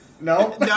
no